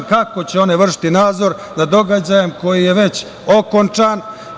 Kako će oni vršiti nadzor nad događajem koji je već okončan?